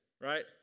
right